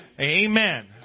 Amen